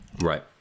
Right